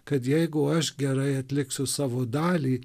kad jeigu aš gerai atliksiu savo dalį